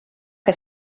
que